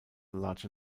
larger